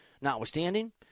notwithstanding